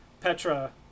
Petra